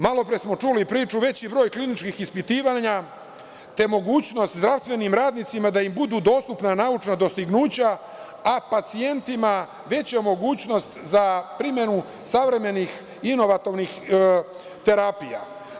Malopre smo čuli priču, veći broj kliničkih ispitivanja, te mogućnost zdravstvenim radnicima da im budu naučna dostignuća, a pacijentima veća mogućnost za primenu savremenih inovativnih terapija.